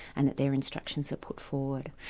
and that their instructions are put forward.